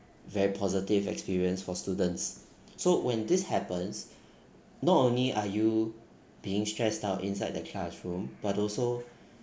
very positive experience for students so when this happens not only are you being stressed out inside the classroom but also